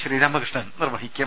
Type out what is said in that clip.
ശ്രീരാമകൃഷ്ണൻ നിർവഹിക്കും